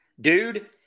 Dude